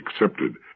accepted